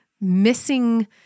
missing